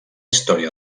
història